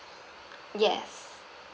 yes